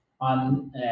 On